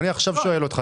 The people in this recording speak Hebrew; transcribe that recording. אני שואל אותך עכשיו.